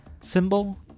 symbol